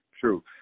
true